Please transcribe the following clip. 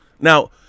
Now